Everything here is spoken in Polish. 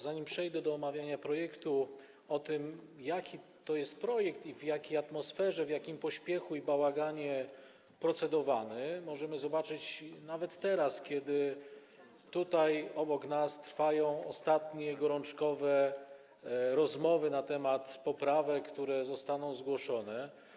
Zanim przejdę do omawiania projektu i mówienia o tym, jaki to jest projekt i w jakiej atmosferze, w jakim pośpiechu i bałaganie procedowano nad nim, co możemy zobaczyć nawet teraz, kiedy tutaj obok nas trwają ostatnie, gorączkowe rozmowy na temat poprawek, które zostaną zgłoszone.